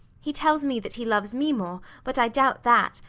he tells me that he loves me more, but i doubt that,